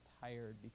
tired